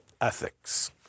ethics